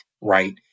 right